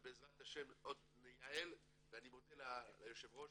ובעזרת השם עוד נייעל ואני מודה ליושב ראש